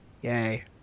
Yay